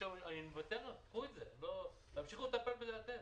אני מוותר, קחו את זה, תמשיכו לטפל בזה אתם.